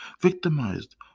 victimized